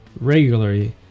regularly